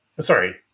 Sorry